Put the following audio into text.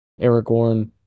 Aragorn